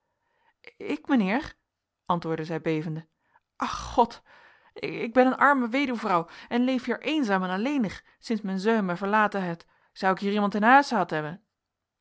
ik meneer antwoordde zij bevende ach god ik ben een arme weduwvrouw en leef hier eenzaam en alleenig sinds men zeun mij verlaten heit zou ik hier iemand in huis ehad hebben